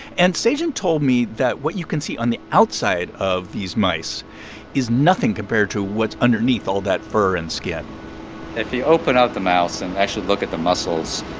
and se-jin told me that what you can see on the outside of these mice is nothing compared to what's underneath all that fur and skin if you open up the mouse and actually look at the muscles,